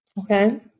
Okay